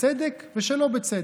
בצדק ושלא בצדק.